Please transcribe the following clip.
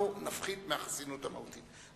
כדי שחלילה לא יהיה מצב שבו אנחנו נפחית מהחסינות המהותית.